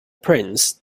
prince